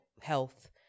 health